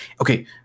okay